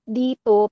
dito